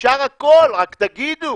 אפשר הכל רק תגידו.